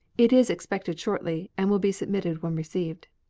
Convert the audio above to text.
it is expected shortly, and will be submitted when received.